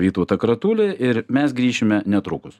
vytautą kratulį ir mes grįšime netrukus